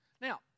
Now